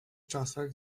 czasach